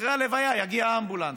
אחרי הלוויה יגיע אמבולנס.